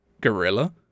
Gorilla